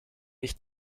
mich